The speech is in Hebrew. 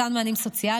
מתן מענים סוציאליים,